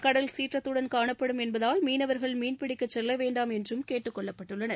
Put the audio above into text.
கடல் சீற்றத்துடன் காணப்படும் என்பதால் மீனவர்கள் மீன்பிடிக்கச் செல்ல வேண்டாம் என்றும் கேட்டுக் கொள்ளப்பட்டுள்ளனர்